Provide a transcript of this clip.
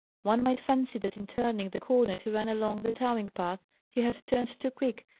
one might fancy that in turning the corner to run along the towing-path he had turned too quick,